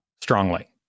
strongly